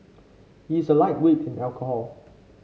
he is a lightweight in alcohol